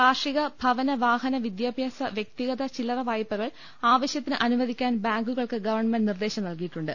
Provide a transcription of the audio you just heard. കാർഷിക ഭവന വാഹന വിദ്യാഭ്യാസ വൃക്തിഗത ചില്ലറ വായ്പകൾ ആവശ്യത്തിന് അനുവദിക്കാൻ ബാങ്കുകൾക്ക് ഗവൺമെന്റ് നിർദേശം നൽകിയിട്ടുണ്ട്